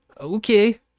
okay